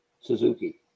Suzuki